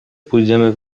pójdziemy